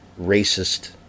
racist